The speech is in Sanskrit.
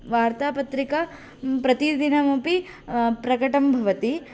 वार्तापत्रिका प्रतिदिनमपि प्रकटं भवति